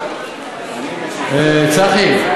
צחי,